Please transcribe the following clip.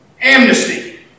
amnesty